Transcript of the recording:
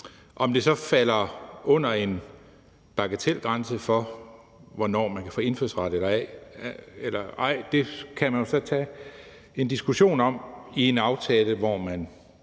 Om det så falder under en bagatelgrænse for, hvornår man kan få indfødsret eller ej, kan man så tage en diskussion om i forbindelse med